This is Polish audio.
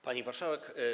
Pani Marszałek!